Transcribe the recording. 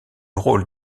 rôle